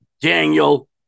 Daniel